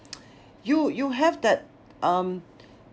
you you have that um